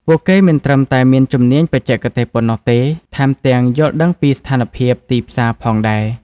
ពួកគេមិនត្រឹមតែមានជំនាញបច្ចេកទេសប៉ុណ្ណោះទេ ថែមទាំងយល់ដឹងពីស្ថានភាពទីផ្សារផងដែរ។